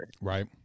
Right